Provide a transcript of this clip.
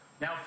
now